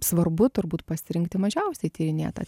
svarbu turbūt pasirinkti mažiausiai tyrinėtą